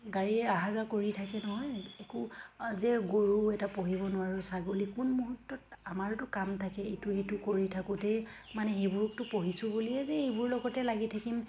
গাড়ী অহা যোৱা কৰি থাকে নহয় একো যে গৰু এটা পুহিব নোৱাৰোঁ ছাগলী কোন মুহূৰ্তত আমাৰতো কাম থাকে এইটো সেইটো কৰি থাকোঁতে মানে সেইবোৰকতো পুহিছোঁ বুলিয়ে যে এইবোৰৰ লগতে লাগি থাকিম